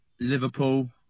Liverpool